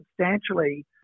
substantially